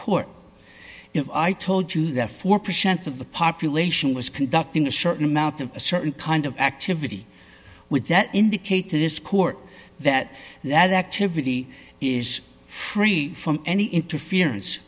court if i told you that four percent of the population was conducting a certain amount of a certain kind of activity with that indicated this court that that activity is free from any interference